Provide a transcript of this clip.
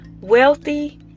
wealthy